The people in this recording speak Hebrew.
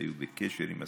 היו בקשר עם הסבתא.